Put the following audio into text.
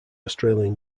australian